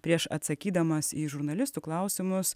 prieš atsakydamas į žurnalistų klausimus